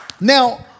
Now